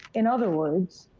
in other words,